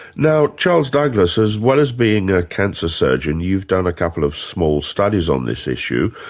now charles douglas, as well as being a cancer surgeon, you've done a couple of small studies on this issue,